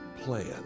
plan